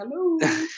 hello